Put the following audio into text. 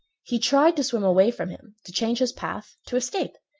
he tried to swim away from him, to change his path to escape,